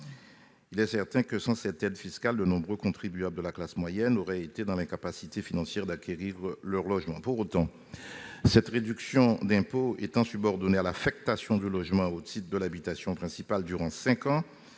Il est certain que, sans cette aide fiscale, de nombreux contribuables de la classe moyenne auraient été dans l'incapacité financière d'acquérir leur logement. Pour autant, cette réduction d'impôt étant subordonnée à l'affectation du logement au titre de l'habitation principale durant cinq ans,